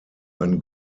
ein